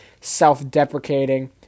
self-deprecating